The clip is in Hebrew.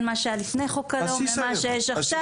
מה שהיה לפני חוק הלאום לבין מה שיש עכשיו.